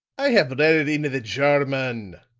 i have read it in the german,